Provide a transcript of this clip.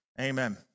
amen